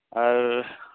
ᱟᱨ